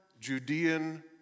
Judean